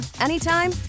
anytime